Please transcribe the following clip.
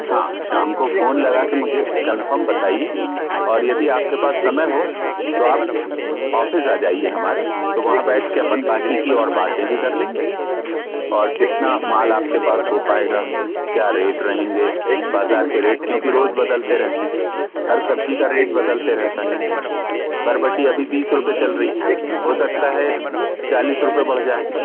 हाँ शाम को फोन लगा के मुझे कन्फर्म बताइए और यदि आपके पास समय हो तो आप ऑफिस आ जाइए हमारे तो वहाँ बैठ के हम और बाकी की बातें भी कर लेंगे और कितना माल आपके पास हो पाएगा क्या रेट रहेंगे बाजार के रेट क्योंकि रोज बदलते रहते हैं हर सब्जी का रेट बदलता रहता है बरबटी अभी बीस रूपए चल रही हो सकता है चालीस रुपए बढ़ जाए